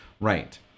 right